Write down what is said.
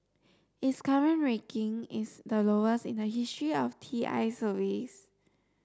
its current ranking is the lowest in the history of T I's surveys